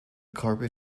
carpet